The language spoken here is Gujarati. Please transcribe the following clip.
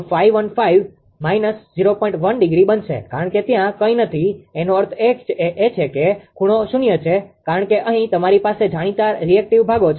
1° બનશે કારણ કે ત્યાં કંઈ નથી એનો અર્થ એ છે કે ખૂણો શૂન્ય છે કારણ કે અહીં તમારી પાસે જાણીતા રીએક્ટીવ ભાગો છે